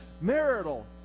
marital